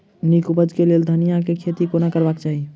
नीक उपज केँ लेल धनिया केँ खेती कोना करबाक चाहि?